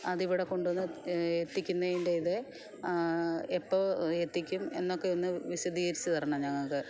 അതിവിടെ കൊണ്ടുവന്ന് എത്തിക്കുന്നതിൻ്റെ ഇത് എപ്പോൾ എത്തിക്കും എന്നൊക്കെ ഒന്ന് വിശദീകരിച്ച് തരണം ഞങ്ങൾക്ക് അത്